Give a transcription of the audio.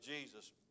Jesus